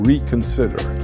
Reconsider